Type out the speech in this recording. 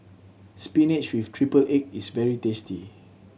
spinach with triple egg is very tasty